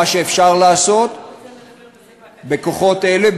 מה שאפשר לעשות בכוחות אלה,